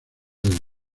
del